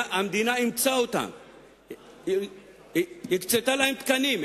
המדינה אימצה אותם, הקצתה להם תקנים.